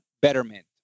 Betterment